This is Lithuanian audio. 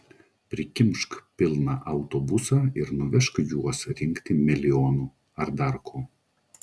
prikimšk pilną autobusą ir nuvežk juos rinkti melionų ar dar ko